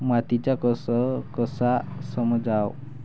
मातीचा कस कसा समजाव?